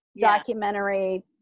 documentary